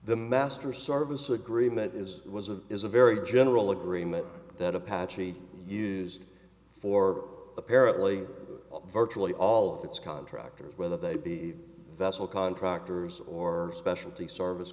the master service agreement is was a is a very general agreement that apache used for apparently virtually all of its contractors whether they be a vessel contractors or specialty service